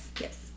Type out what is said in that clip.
yes